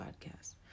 podcast